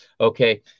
Okay